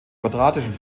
quadratischen